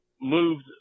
moved